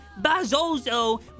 Bazozo